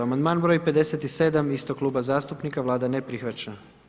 Amandman broj 57 istog kluba zastupnika, Vlada ne prihvaća.